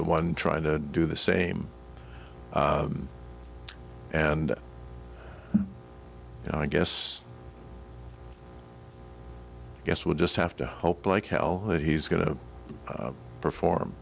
one trying to do the same and you know i guess i guess we'll just have to hope like hell that he's going to perform